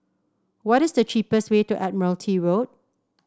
what is the cheapest way to Admiralty Road